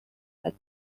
that